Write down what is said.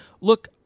Look